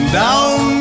down